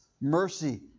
mercy